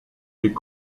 est